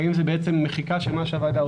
האם זה בעצם מחיקה של מה שהוועדה עושה?